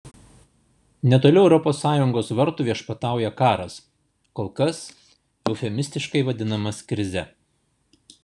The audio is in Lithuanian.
netoli europos sąjungos vartų viešpatauja karas kol kas eufemistiškai vadinamas krize